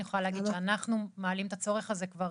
אני יכולה להגיד שאנחנו מעלים את הצורך הזה כבר